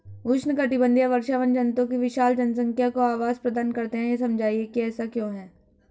उष्णकटिबंधीय वर्षावन जंतुओं की विशाल जनसंख्या को आवास प्रदान करते हैं यह समझाइए कि ऐसा क्यों है?